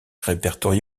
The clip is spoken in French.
répertorié